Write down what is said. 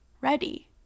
ready